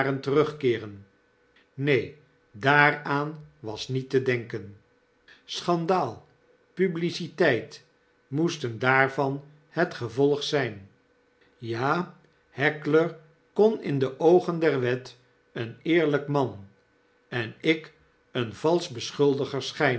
terugkeeren neen daaraan was niet te denken schandaal publiciteit moesten daarvan het geyolg zyn ja heckler kon in de oogen der wet een eerlyk man en ik een valsch beschuldiger